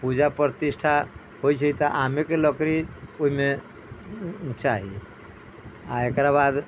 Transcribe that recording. पूजा प्रतिष्ठा होइ छै तऽ आमे के लकड़ी ओहिमे चाही आ एकरा बाद